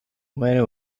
very